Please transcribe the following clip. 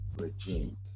regime